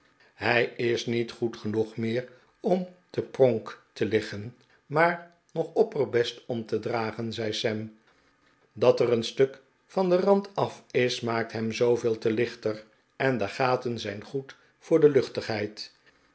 hij is niet goed genoeg meer om te pronk te liggen maar nog opperbest om te dragen zei sam dat er een stuk van den rand af is maakt hem zooveel te lichter en de gaten zijn goed voor de luchtigheid